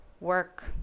work